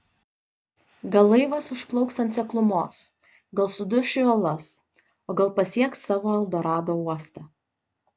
gal laivas užplauks ant seklumos gal suduš į uolas o gal pasieks savo eldorado uostą